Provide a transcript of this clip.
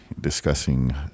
discussing